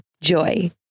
Joy